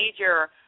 major